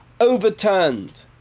overturned